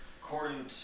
According